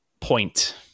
point